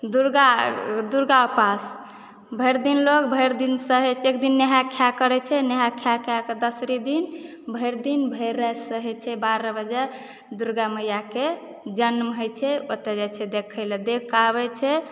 दुर्गा दुर्गा उपास भरि दिन लोग भरि दिन सहै छै एक दिन नहाए खाए करए छै नहाए खाएके दोसरी दिन भरि दिन भरि राति सहै छै बारह बजे दुर्गा मैयाके जन्म होइ छै ओतए जाइ छै देखैला देखि कऽ आबै छै